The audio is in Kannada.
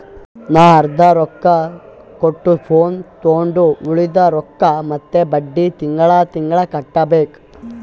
ನಾ ಅರ್ದಾ ರೊಕ್ಕಾ ಕೊಟ್ಟು ಫೋನ್ ತೊಂಡು ಉಳ್ದಿದ್ ರೊಕ್ಕಾ ಮತ್ತ ಬಡ್ಡಿ ತಿಂಗಳಾ ತಿಂಗಳಾ ಕಟ್ಟಬೇಕ್